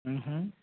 ह हां